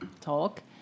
talk